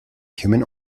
human